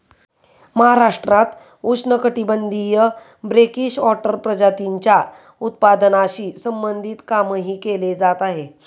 महाराष्ट्रात उष्णकटिबंधीय brackish water प्रजातींच्या उत्पादनाशी संबंधित कामही केले जात आहे